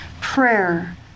Prayer